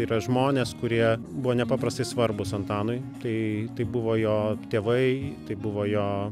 yra žmonės kurie buvo nepaprastai svarbūs antanui tai tai buvo jo tėvai tai buvo jo